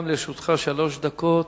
גם לרשותך שלוש דקות.